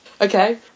Okay